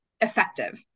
effective